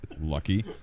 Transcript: lucky